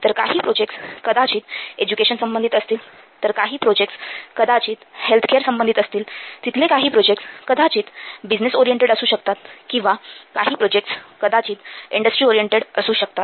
तरकाही projects कदाचित education संबंधित असतील तर काही प्रोजेक्ट्स कदाचित हेल्थकेअर संबंधित असतील तिथले काही प्रोजेक्ट्स कदाचित बिझनेस ओरिएंटेड असू शकतात किंवा काही प्रोजेक्ट्स कदाचित इंडस्ट्री ओरिएंटेड असू शकतात